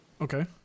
Okay